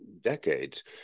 decades